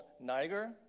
Niger